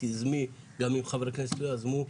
תיזמי, גם אם חברי כנסת לא יזמו.